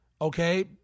okay